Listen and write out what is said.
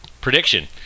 prediction